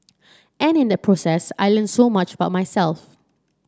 and in that process I learnt so much about myself